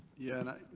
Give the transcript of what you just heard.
yeah.